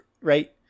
right